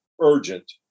urgent